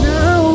Now